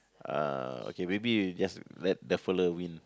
uh okay maybe you just let the fella win